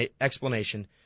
explanation